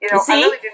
See